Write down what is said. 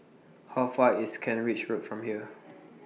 How Far away IS Kent Ridge Road from here